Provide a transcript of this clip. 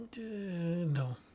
No